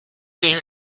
des